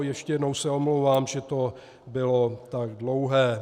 Ještě jednou se omlouvám, že to bylo tak dlouhé.